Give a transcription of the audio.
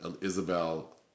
Isabel